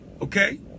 Okay